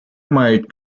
мають